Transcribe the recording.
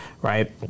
right